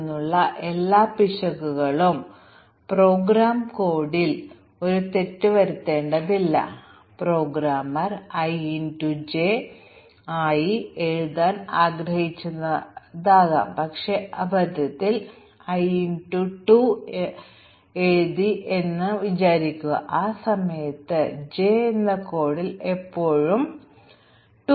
അതിനാൽ അത് ഒരു അനുമാനമാണ് രണ്ടാമത്തെ അനുമാനം അല്ലെങ്കിൽ രണ്ടാമത്തെ ഹൈപ്പോത്തസിസ് പ്രോഗ്രാമർ അവതരിപ്പിച്ച സങ്കീർണ്ണമായ പിശക് പോലെ പെരുമാറാൻ കഴിയുന്ന നിരവധി ലളിതമായ പിശകുകൾ ഞങ്ങൾ അവതരിപ്പിക്കുമ്പോൾ ഒരു കൂട്ടം ലളിതമായ പിശകുകൾ ചില സങ്കീർണ്ണമായ പിശകുകൾക്ക് തുല്യമാണ്